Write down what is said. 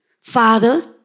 Father